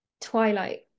twilight